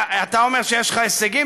אתה אומר שיש לך הישגים,